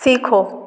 सीखो